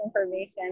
information